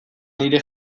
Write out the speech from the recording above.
nire